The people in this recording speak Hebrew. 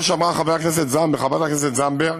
מה שאמר חבר הכנסת חזן וחברת הכנסת זנדברג,